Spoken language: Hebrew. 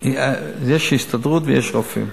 יש הסתדרות ויש רופאים.